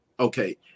Okay